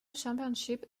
championship